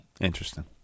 interesting